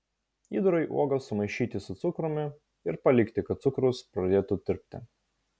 įdarui uogas sumaišyti su cukrumi ir palikti kad cukrus pradėtų tirpti